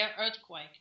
earthquake